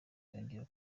yongera